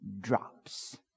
drops